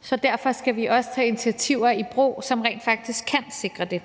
så derfor skal vi også tage initiativer i brug, som rent faktisk kan sikre det.